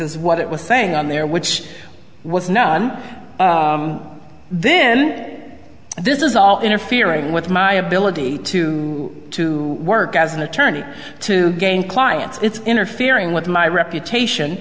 is what it was saying on there which was none then this is all interfering with my ability to work as an attorney to gain clients it's interfering with my reputation